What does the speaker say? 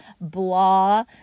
blah